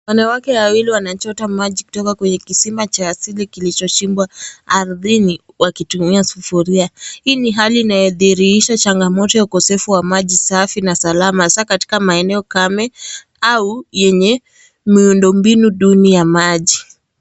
Wanawake wawili wanachota maji kutoka kwenye kisima cha asili kilichochimbwa ardhini wakitumia sufuria. Hii ni hali inayodhiirisha changamoto ya ukosefu maji safi na salama hasa katika maeneo kame au yenye miundo binu duni ya maji.